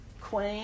queen